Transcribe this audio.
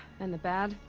and the bad?